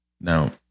Now